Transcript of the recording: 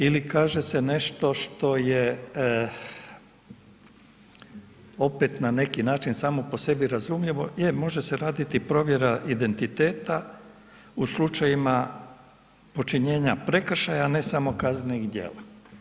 Ili kaže se nešto što je opet na neki način samo po sebi razumljivo jer može se raditi provjera identiteta u slučajima počinjenja prekršaja ne samo kaznenih djela.